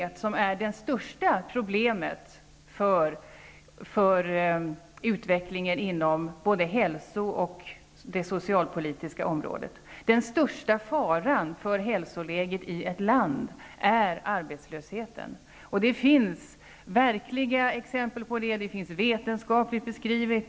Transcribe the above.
Arbetslösheten är det största problemet för utvecklingen inom häslovården och det socialpolitiska området. Den största faran för hälsoläget i ett land är arbetslösheten. Det finns verkliga exempel på det. Det finns vetenskapligt beskrivet.